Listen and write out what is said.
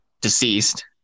Deceased